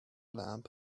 lamp